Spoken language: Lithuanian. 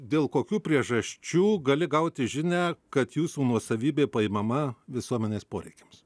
dėl kokių priežasčių gali gauti žinią kad jūsų nuosavybė paimama visuomenės poreikiams